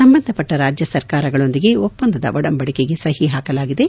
ಸಂಬಂಧಪಟ್ಟ ರಾಜ್ಯ ಸರ್ಕಾರಗಳೊಂದಿಗೆ ಒಪ್ಪಂದದ ಒಡಂಬಡಿಕೆಗೆ ಸಹಿ ಪಾಕಲಾಗಿದೆ